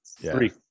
three